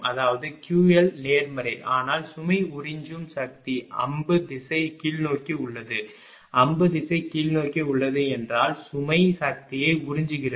அதாவது QLநேர்மறை ஆனால் சுமை உறிஞ்சும் சக்தி அம்பு திசை கீழ்நோக்கி உள்ளது அம்பு திசை கீழ்நோக்கி உள்ளது என்றால் சுமை சக்தியை உறிஞ்சுகிறது